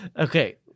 Okay